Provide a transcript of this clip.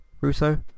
Russo